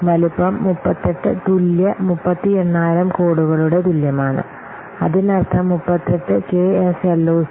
വലുപ്പം 38 തുല്യ 38000 കോഡുകളുടെ തുല്യമാണ് അതിനർത്ഥം 38 കെഎസ്എൽഓസി